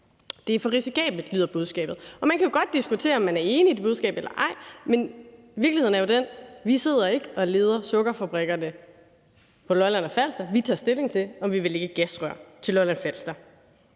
Det er for risikabelt, lyder budskabet. Man kan jo godt diskutere, om man er enig i det budskab eller ej, men virkeligheden er jo den, at vi ikke sidder og leder sukkerfabrikkerne på Lolland og Falster. Vi tager stilling til, om vi vil lægge et gasrør til Lolland-Falster.